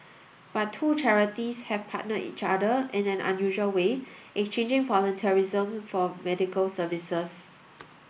but two charities have partnered each other in an unusual way exchanging volunteerism for medical services